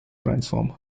transform